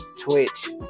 Twitch